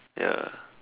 ya